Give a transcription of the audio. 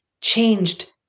changed